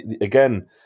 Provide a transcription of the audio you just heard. again